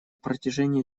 протяжении